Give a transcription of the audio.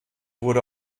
wurde